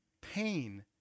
pain